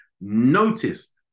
notice